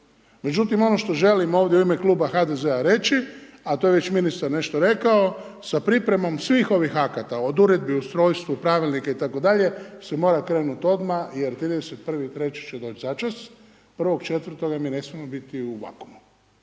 međutim ono što želim ovdje u ime kluba HDZ-a reći, a to je već ministar nešto rekao, sa pripremom svih ovih akata od uredbi, ustrojstvu, pravilnike itd. se mora krenuti odmah jer 31.3. će doći začas, 1.4. mi ne smijemo biti u vakuumu,